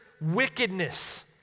wickedness